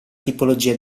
tipologia